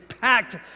packed